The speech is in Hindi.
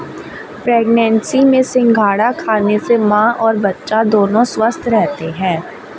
प्रेग्नेंसी में सिंघाड़ा खाने से मां और बच्चा दोनों स्वस्थ रहते है